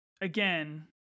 again